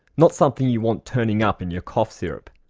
not something you want turning up in your cough syrup.